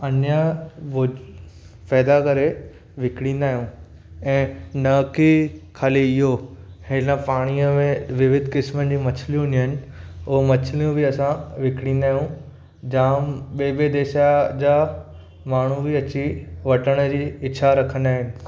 अन्य पोइ पैदा करे विकिणींदा आहियूं ऐं न कि ख़ाली इहो हिन पाणीअ में विविध किस्मनि जूं मछलियूं हूंदियूं आहिनि उहो मछलियूं बि असां विकिणींदा आहियूं जाम ॿिएं ॿिएं देश या जा माण्हू बि अची वठण जी इच्छा रखंदा आहिनि